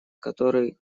который